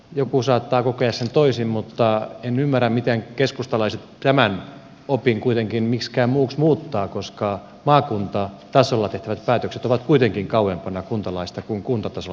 joku saattaa kokea sen toisin mutta en ymmärrä miten keskustalaiset tämän opin kuitenkaan miksikään muuksi muuttavat koska maakuntatasolla tehtävät päätökset ovat kuitenkin kauempana kuntalaista kuin kuntatasolla tehdyt päätökset